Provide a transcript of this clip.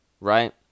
right